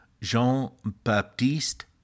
Jean-Baptiste